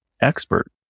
expert